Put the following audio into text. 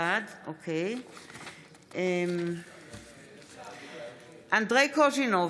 בעד אנדרי קוז'ינוב,